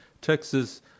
Texas